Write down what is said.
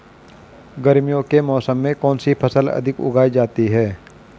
गर्मियों के मौसम में कौन सी फसल अधिक उगाई जाती है?